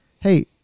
hey